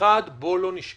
הראשון, בואו לא נשכח,